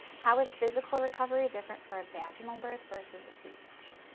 how is physical recovery different for a vaginal birth versus a c-section?